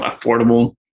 affordable